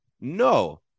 No